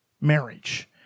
marriage